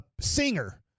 singer